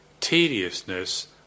tediousness